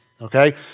okay